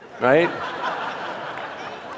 Right